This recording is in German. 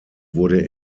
wurde